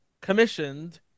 commissioned